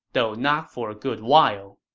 though not for a good while